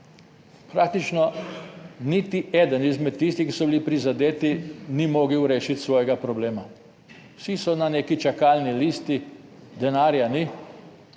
Praktično niti eden izmed tistih, ki so bili prizadeti, ni mogel rešiti svojega problema. Vsi so na neki čakalni listi, denarja ni,